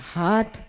Heart